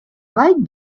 like